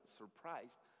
surprised